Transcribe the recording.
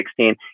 2016